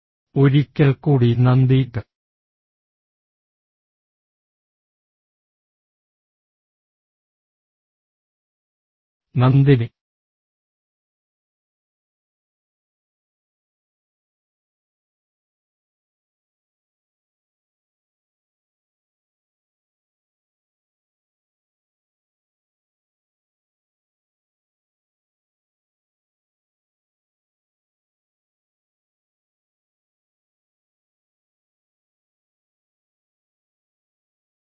ഒരിക്കൽക്കൂടി നന്ദി നന്ദി